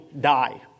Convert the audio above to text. die